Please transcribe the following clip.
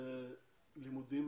לימודים